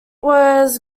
was